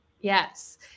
Yes